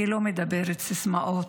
אני לא מדברת בסיסמאות,